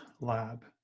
lab